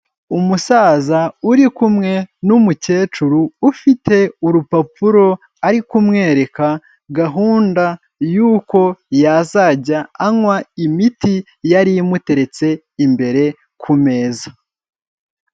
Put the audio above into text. Umusaza uri kumwe n'umukecuru ufite urupapuro, ari kumwereka gahunda y’uko yazajya anywa imiti imuteretse imbere ku meza.